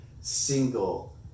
single